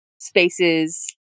spaces